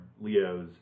Leo's